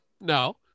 No